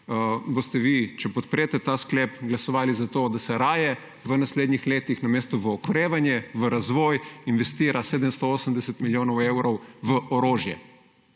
boste vi, če podprete ta sklep, glasovali za to, da se raje v naslednjih letih namesto v okrevanje, v razvoj investira 780 milijonov evrov v orožje.